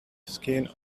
skin